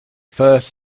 first